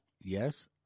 Yes